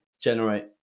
generate